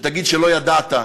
שתגיד שלא ידעת,